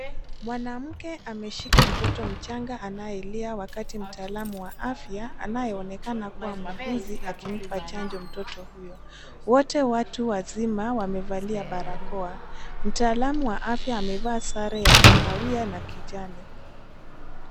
Mwanamke ameshika mtoto mchanga anayelia wakati mtaalamu wa afya anayeonekana kuwa muuguzi akimpa chanjo mtoto huyo. Wote watu wazima wamevalia barakoa. Mtaalamu wa afya amevaa sare ya kahawia na kijani.